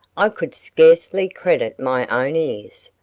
i could scarcely credit my own ears.